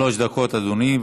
שלוש דקות, אדוני.